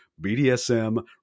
BDSM